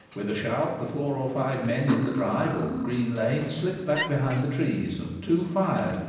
with a shout the four or five men in the drive or green lane, slipped back behind the trees, and two fired,